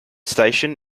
station